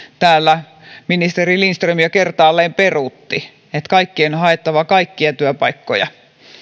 täällä ministeri lindström jo kertaalleen peruutti että kaikkien on haettava kaikkia työpaikkoja